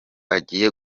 agiye